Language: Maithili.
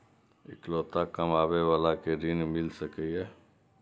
इकलोता कमाबे बाला के ऋण मिल सके ये?